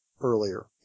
earlier